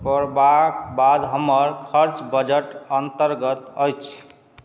करबाक बाद हमर खर्च बजट अन्तर्गत अछि